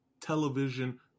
television